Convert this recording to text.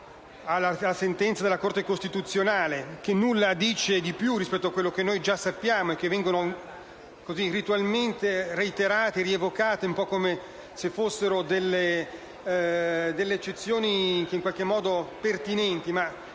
alla sentenza della Corte costituzionale (che nulla dice di più rispetto a quanto già sappiamo), che vengono ritualmente reiterati e rievocati come se fossero delle eccezioni in qualche modo pertinenti.